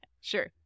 Sure